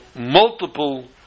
multiple